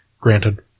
Granted